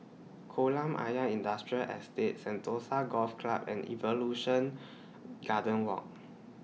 Kolam Ayer Industrial Estate Sentosa Golf Club and Evolution Garden Walk